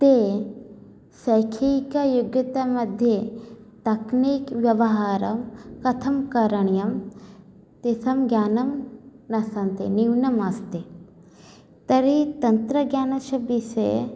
ते शैक्षिकयोग्यतामध्ये तक्निक् व्यवहारः कथम् करणीयः तेषां ज्ञानं न सन्ति न्यूनमास्ति तर्हि तन्त्रज्ञानस्य विषये